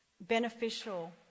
beneficial